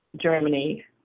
Germany